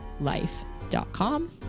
life.com